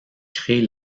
crée